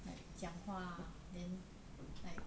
like 讲话 then like